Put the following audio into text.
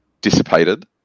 dissipated